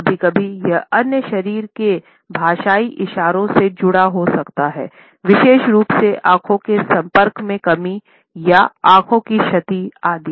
कभी कभी यह अन्य शरीर के भाषाई इशारों से जुड़ा हो सकता है विशेष रूप से आंखों के संपर्क में कमी या आंखों की क्षति आदि